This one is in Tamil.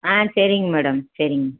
ஆ சரிங்க மேடம் சரிங்க